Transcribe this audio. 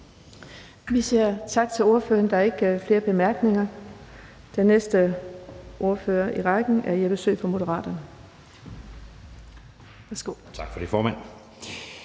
Vind): Tak til ordføreren. Der er ingen korte bemærkninger. Den næste ordfører i rækken er hr. Jeppe Søe fra Moderaterne. Værsgo. Kl. 15:50 (Ordfører)